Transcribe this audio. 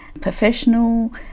professional